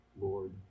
Lord